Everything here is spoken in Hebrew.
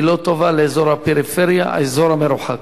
היא לא טובה לאזור הפריפריה, האזור המרוחק.